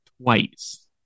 twice